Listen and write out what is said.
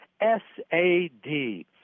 S-A-D